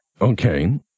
Okay